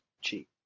cheap